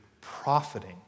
profiting